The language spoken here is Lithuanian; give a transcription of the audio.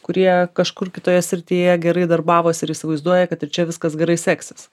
kurie kažkur kitoje srityje gerai darbavosi ir įsivaizduoja kad ir čia viskas gerai seksis